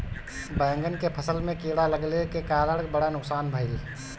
बैंगन के फसल में कीड़ा लगले के कारण बड़ा नुकसान भइल